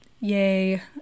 yay